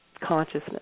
consciousness